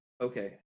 Okay